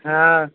হ্যাঁ